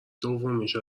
دومیش